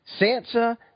Sansa